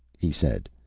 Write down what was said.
he said,